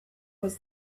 was